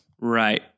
Right